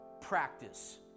practice